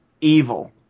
Evil